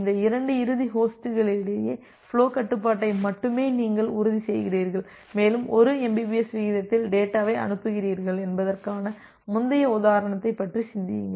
இந்த இரண்டு இறுதி ஹோஸ்ட்களிடையே ஃபுலோ கட்டுப்பாட்டை மட்டுமே நீங்கள் உறுதிசெய்கிறீர்கள் மேலும் 1 mbps விகிதத்தில் டேட்டாவை அனுப்புகிறீர்கள் என்பதற்கான முந்தைய உதாரணத்தைப் பற்றி சிந்தியுங்கள்